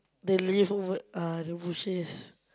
the leaf over uh the bushes